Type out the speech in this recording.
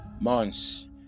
months